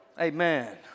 Amen